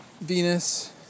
Venus